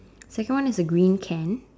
second one is a green can